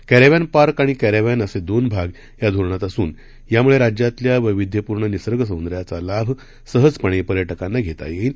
caravan park आणि caravan असे दोन भाग या धोरणात असून यामुळे राज्यातील वैविध्यपूर्ण निसर्ग सौंदर्याचा लाभ सहजपणे पर्यटकांना घेता येईल